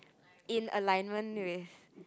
in alignment with